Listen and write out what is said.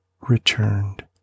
returned